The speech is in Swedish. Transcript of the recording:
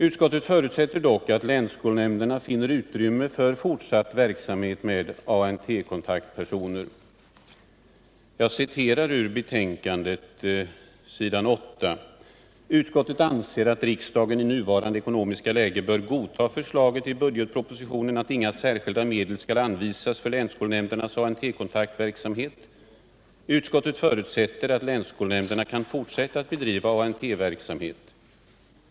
Utskottet förutsätter dock att länsskolnämnderna finner utrymme för fortsatt verksamhet med ANT-kontaktpersoner. Jag citerar ur betänkandet s. 8: ”Utskottet anser att riksdagen i nuvarande ekonomiska läge bör godta förslaget i budgetpropositionen att inga särskilda medel skall anvisas för länsskolnämndernas ANT-kontaktverksamhet. Utskottet förutsätter att länsskolnämnderna kan fortsätta att bedriva ANT-verksamhet.